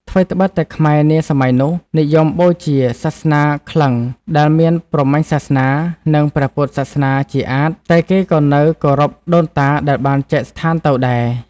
ថ្វីត្បិតតែខ្មែរនាសម័យនោះ និយមបូជាសាសនាក្លិង្គ ដែលមានព្រហ្មញ្ញសាសនា និងព្រះពុទ្ធសាសនាជាអាថិ តែគេក៏នៅគោរពដូនតាដែលបានចែកស្ថានទៅដែរ ។